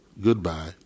goodbye